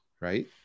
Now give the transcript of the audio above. right